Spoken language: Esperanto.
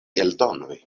eldonoj